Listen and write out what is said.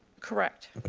correct.